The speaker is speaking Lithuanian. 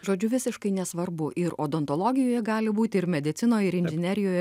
žodžiu visiškai nesvarbu ir odontologijoje gali būti ir medicinoj ir inžinerijoje